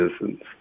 citizens